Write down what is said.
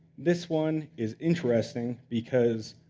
this one is interesting, because